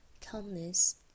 calmness